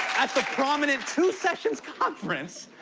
at the prominent two sessions conference,